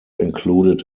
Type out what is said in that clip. included